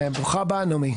ברוכה הבאה נעמי.